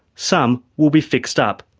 some will be fixed up,